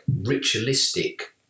ritualistic